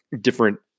different